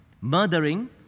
murdering